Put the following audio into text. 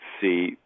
see